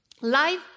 Life